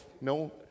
no